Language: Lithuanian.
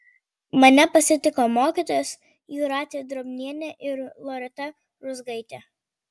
mane pasitiko mokytojos jūratė drobnienė ir loreta ruzgaitė